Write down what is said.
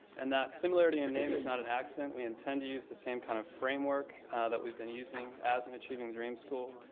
and that similarity of and name is not an accident, we intend to use the same kind of frame work that we have been using as an achieving the dream school.